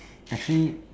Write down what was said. actually